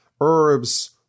herbs